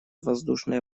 воздушное